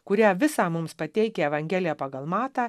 kurią visą mums pateikia evangelija pagal matą